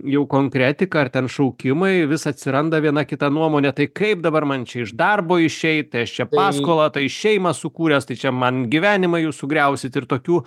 jau konkretika ar ten šaukimai vis atsiranda viena kita nuomonė tai kaip dabar man čia iš darbo išeit tai aš čia paskolą tai šeimą sukūręs tai čia man gyvenimą jūs sugriausit ir tokių